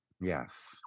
Yes